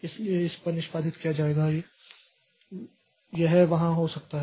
इसलिए इस पर निष्पादित किया जाएगा यह वहां हो सकता है